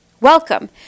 Welcome